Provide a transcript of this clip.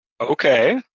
Okay